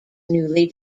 newly